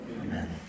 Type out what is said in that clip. Amen